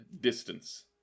distance